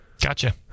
Gotcha